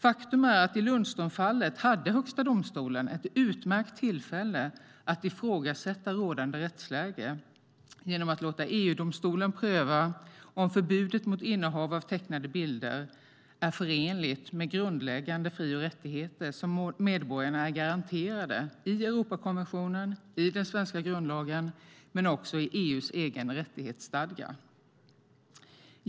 Faktum är att i Lundströmfallet hade Högsta domstolen ett utmärkt tillfälle att ifrågasätta rådande rättsläge genom att låta EU-domstolen pröva om förbudet mot innehav av tecknade bilder är förenligt med grundläggande fri och rättigheter som medborgarna är garanterade i Europakonventionen, i den svenska grundlagen och också i EU:s egen rättighetsstadga.